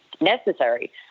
necessary